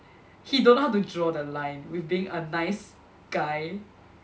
he don't know how to draw the line with being a nice guy